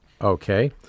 Okay